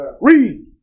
Read